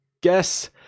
guess